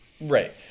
Right